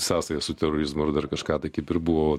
sąsajas su terorizmu ir dar kažką tai kaip ir buvo